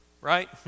right